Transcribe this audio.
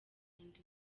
irindwi